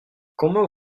comment